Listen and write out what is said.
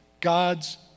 God's